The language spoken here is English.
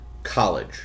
College